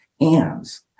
hands